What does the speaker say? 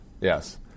Yes